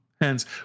Hence